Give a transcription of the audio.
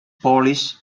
polish